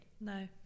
No